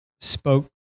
spoke